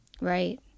right